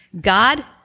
God